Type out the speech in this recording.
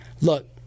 Look